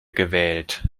gewählt